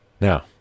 Now